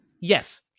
Yes